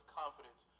confidence